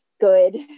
good